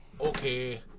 Okay